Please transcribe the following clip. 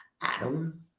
Adam